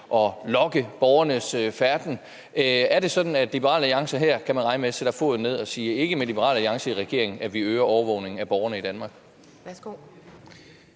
at logge borgernes færden. Er det sådan, at man her kan regne med, at Liberal Alliance sætter foden ned og siger: Det bliver ikke med Liberal Alliance i regering, at vi øger overvågningen af borgerne i Danmark?